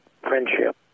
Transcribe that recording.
friendship